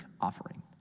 offering